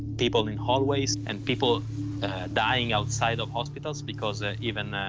people in hallways and people dying outside of hospitals, because ah even